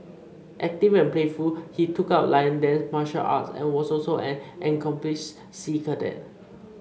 active and playful he took up lion dance and martial arts and was also an accomplished sea cadet